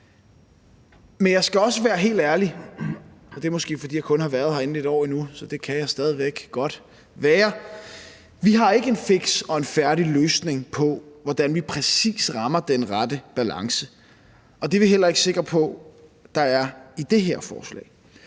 Men jeg skal også være helt ærlig – og det er måske, fordi jeg kun har været herinde et år, at jeg stadig væk godt kan være det: Vi har ikke en fiks og færdig løsning på, hvordan vi præcis rammer den rette balance, og det er vi heller ikke sikre på der er i det her forslag.